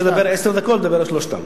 לדבר עשר דקות, אדבר על שלושתם.